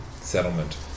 settlement